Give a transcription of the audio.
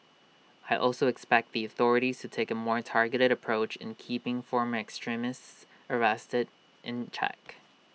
I also expect the authorities to take A more targeted approach in keeping former extremists arrested in check